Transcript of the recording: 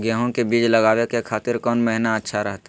गेहूं के बीज लगावे के खातिर कौन महीना अच्छा रहतय?